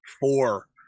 four